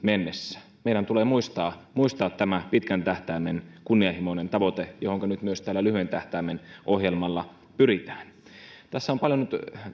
mennessä meidän tulee muistaa muistaa tämä pitkän tähtäimen kunnianhimoinen tavoite johonka nyt myös tällä lyhyen tähtäimen ohjelmalla pyritään näissä puheenvuoroissa on paljon nyt